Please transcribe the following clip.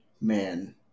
Man